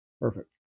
Perfect